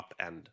upend